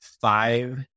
five